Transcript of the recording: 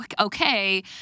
okay